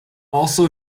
also